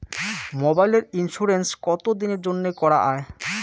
মোবাইলের ইন্সুরেন্স কতো দিনের জন্যে করা য়ায়?